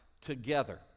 together